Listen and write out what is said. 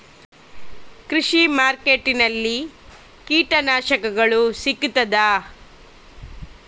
ಕೃಷಿಮಾರ್ಕೆಟ್ ನಲ್ಲಿ ಕೀಟನಾಶಕಗಳು ಸಿಗ್ತದಾ?